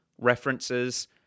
references